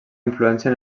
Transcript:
influència